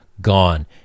gone